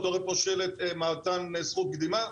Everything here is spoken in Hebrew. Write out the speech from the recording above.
אתה רואה פה שלט מתן זכות קדימה,